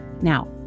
Now